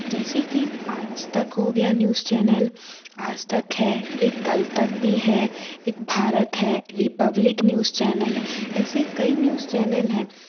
जैसे कि आज तक हो गया न्यूज़ चैनल आज तक है एक कल तक भी है एक भारत है रिपब्लिक न्यूज़ चैनल ऐसे कई न्यूज़ चैनल हैं